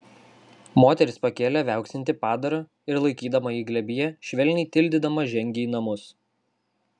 moteris pakėlė viauksintį padarą ir laikydama jį glėbyje švelniai tildydama žengė į namus